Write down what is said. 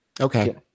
Okay